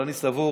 אבל אני סבור